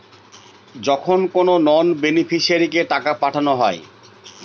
যখন কোনো নন বেনিফিশিয়ারিকে টাকা পাঠানো হয়